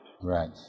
Right